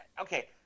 Okay